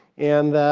and